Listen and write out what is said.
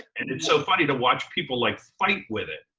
and it's so funny to watch people like fight with it,